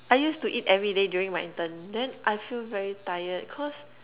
I used to eat everyday during my intern then I feel very tired cause